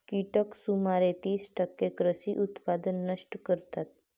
कीटक सुमारे तीस टक्के कृषी उत्पादन नष्ट करतात